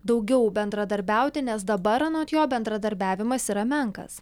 daugiau bendradarbiauti nes dabar anot jo bendradarbiavimas yra menkas